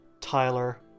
Tyler